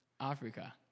Africa